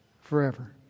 forever